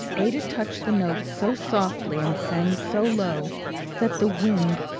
ada touched the notes so softly and sang so low that the wind,